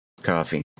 Coffee